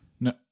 No